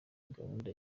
gahunda